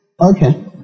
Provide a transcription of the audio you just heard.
Okay